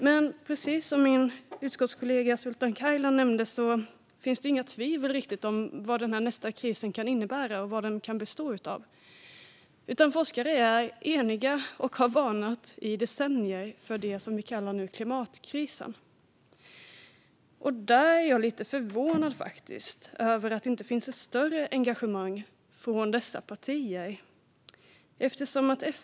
Men precis som min utskottskollega Sultan Kayhan nämnde råder inga tvivel om vad nästa kris kan innebära och vad den kan bestå av. Forskare är eniga, och de har varnat i decennier för det som vi nu kallar klimatkrisen. Jag är lite förvånad över att det inte finns ett större engagemang från dessa partier.